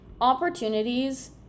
opportunities